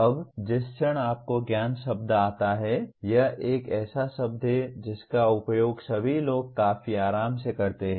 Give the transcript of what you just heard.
अब जिस क्षण आपको ज्ञान शब्द आता है यह एक ऐसा शब्द है जिसका उपयोग सभी लोग काफी आराम से करते हैं